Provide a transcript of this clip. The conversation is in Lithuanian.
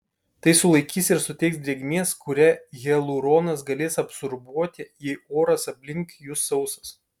tai sulaikys ir suteiks drėgmės kurią hialuronas galės absorbuoti jei oras aplink jus sausas